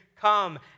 come